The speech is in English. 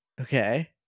Okay